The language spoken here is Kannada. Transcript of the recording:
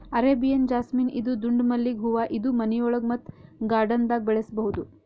ಅರೇಬಿಯನ್ ಜಾಸ್ಮಿನ್ ಇದು ದುಂಡ್ ಮಲ್ಲಿಗ್ ಹೂವಾ ಇದು ಮನಿಯೊಳಗ ಮತ್ತ್ ಗಾರ್ಡನ್ದಾಗ್ ಬೆಳಸಬಹುದ್